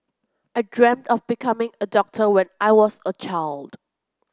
I dreamt of becoming a doctor when I was a child